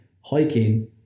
Hiking